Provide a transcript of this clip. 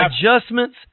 Adjustments